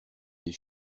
des